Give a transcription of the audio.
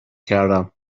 کردم